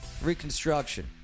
reconstruction